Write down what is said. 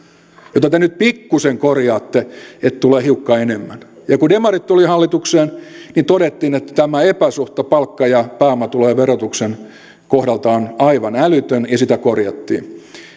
jota te nyt pikkusen korjaatte että tulee hiukka enemmän kun demarit tulivat hallitukseen niin todettiin että tämä epäsuhta palkka ja pääomatulojen verotuksen kohdalta on aivan älytön ja sitä korjattiin